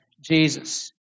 Jesus